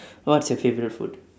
what's your favourite food